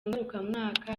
ngarukamwaka